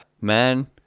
Man